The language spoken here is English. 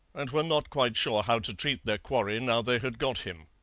and were not quite sure how to treat their quarry now they had got him.